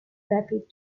rapid